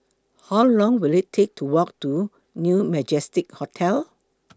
How Long Will IT Take to Walk to New Majestic Hotel